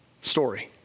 story